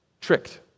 tricked